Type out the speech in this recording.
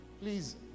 Please